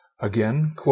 Again